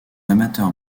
amateurs